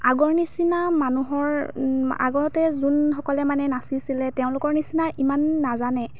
আগৰ নিচিনা মানুহৰ আগতে যোনসকলে মানে নাচিছিলে তেওঁলোকৰ নিচিনা ইমান নাজানে